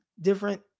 different